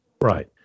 Right